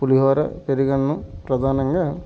పులిహోార పెరుగన్నం ప్రధానంగా